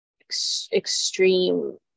extreme